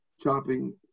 chopping